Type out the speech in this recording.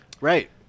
Right